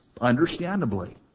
understandably